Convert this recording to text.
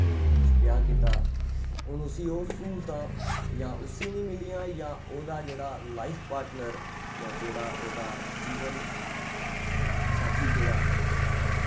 ब्याह कीता हुन उसी ओह् स्हूलतां जां उसी नि मिलियां जां ओह्दा जेह्ड़ा लाइफ पार्टनर जां जेह्ड़ा ओह्दा जीवन साथी जेह्ड़ा